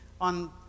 on